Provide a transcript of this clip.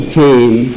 came